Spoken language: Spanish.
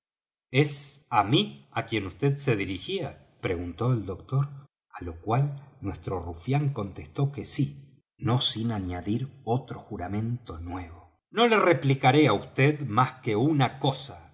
es á mí á quien vd se dirijía preguntó el doctor á lo cual nuestro rufián contestó que sí no sin añadir otro juramento nuevo no le replicaré á vd más que una cosa